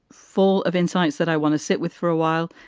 full of insights that i want to sit with for a while.